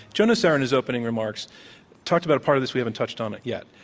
joe nocera's opening remarks talked about a part of this. we haven't touched on it yet